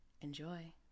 Enjoy